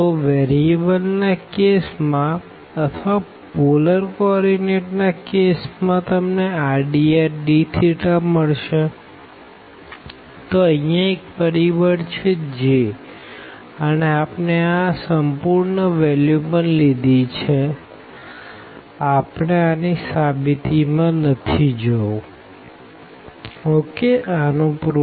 તો વેરીએબલ ના કેસ માં અથવા પોલર કો ઓર્ડીનેટ ના કેસ માં તમને r dr dθ મળશેતો અહિયાં એક પરિબળ છે J અને આપણે આ સંપૂર્ણ વેલ્યુ પણ લીધી છેઆપણે આની સાબિતી માં નથી જવું